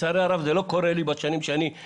לצערי הרב זה לא קורה לי בשנים הרבות